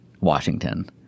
Washington